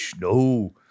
No